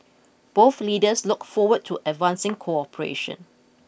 both leaders look forward to advancing cooperation